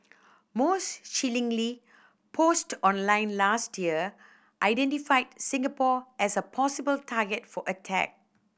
most chillingly post online last year identified Singapore as a possible target for attack